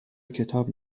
کتاب